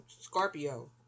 Scorpio